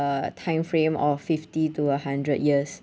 uh time frame of fifty to a hundred years